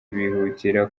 bihutira